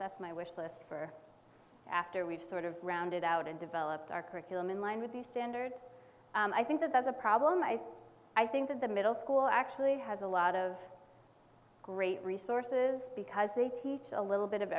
that's my wish list for after we've sort of rounded out and developed our curriculum in line with the standard and i think that that's a problem i i think that the middle school actually has a lot of great resources because they teach a little bit of